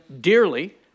dearly